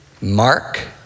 Mark